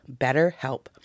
BetterHelp